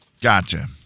Gotcha